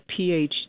PhD